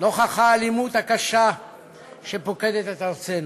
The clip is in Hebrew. נוכח האלימות הקשה שפוקדת את ארצנו.